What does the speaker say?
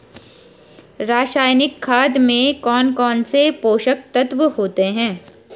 रासायनिक खाद में कौन कौन से पोषक तत्व होते हैं?